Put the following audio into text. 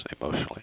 emotionally